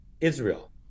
Israel